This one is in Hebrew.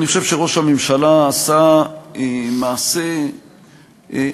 אני חושב שראש הממשלה עשה מעשה אמיץ,